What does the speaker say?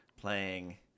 playing